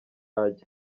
ajya